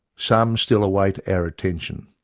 some still await our attention.